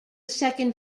second